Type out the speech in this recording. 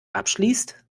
abschließt